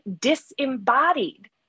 disembodied